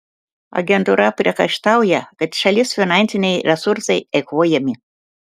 agentūra priekaištauja kad šalies finansiniai resursai eikvojami